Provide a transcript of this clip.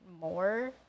more